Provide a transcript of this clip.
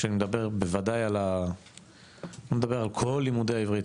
אני לא מדבר על כל לימודי העברית,